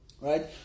right